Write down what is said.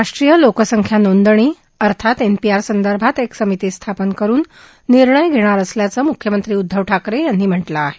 राष्ट्रीय लोकसंख्या नोंदणी एनपीआर संदर्भात एक समिती स्थापन करून निर्णय घेणार असल्याचं मुख्यमंत्री उदधव ठाकरे यांनी म्हटलं आहे